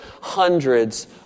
hundreds